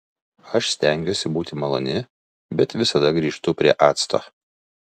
aš stengiuosi būti maloni bet visada grįžtu prie acto